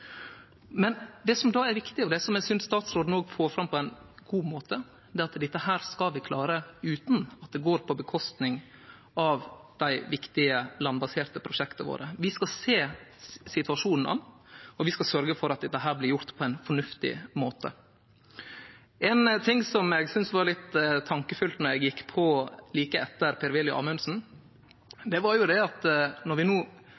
viktig, og som eg synest statsråden får fram på ein god måte, er at dette skal vi klare utan at det går ut over dei viktige landbaserte prosjekta våre. Vi skal sjå situasjonen an, vi skal sørgje for at dette blir gjort på ein fornuftig måte. Ein ting gjorde meg litt tankefullt då eg skulle gå på talarstolen like etter Per Willy Amundsen: Når vi no